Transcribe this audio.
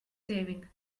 saving